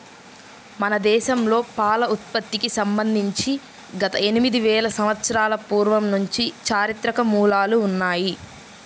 మన దేశంలో పాల ఉత్పత్తికి సంబంధించి గత ఎనిమిది వేల సంవత్సరాల పూర్వం నుంచి చారిత్రక మూలాలు ఉన్నాయి